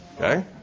Okay